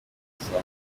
asanga